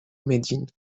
médine